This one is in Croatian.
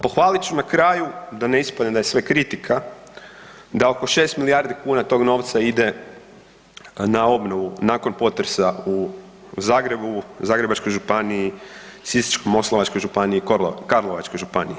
Pohvalit ću na kraju, da ne ispadne da je sve kritika, da oko 6 milijardi kuna tog novca ide na obnovu nakon potresa u Zagrebu, Zagrebačkoj županiji, Sisačko-moslavačkoj županiji i Karlovačkoj županiji.